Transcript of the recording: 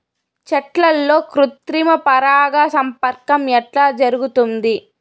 చెట్లల్లో కృత్రిమ పరాగ సంపర్కం ఎట్లా జరుగుతుంది?